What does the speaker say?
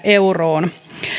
euroon